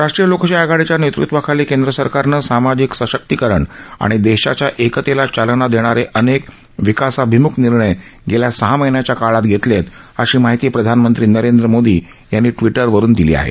राष्ट्रीय लोकशाही आघाडीच्या नेतृत्वाखाली कैंद्र सरकारनं सामाजिक सशक्तीकरण आणि देशाच्या एकतेला चालना देणारे अनेक विकासाभिम्ख निर्णय गेल्या सहा महिन्यांच्या काळात घेतले अशी माहिती प्रधानमंत्री नरेंद्र मोदी यांनी ट्विटरवरून दिली आहे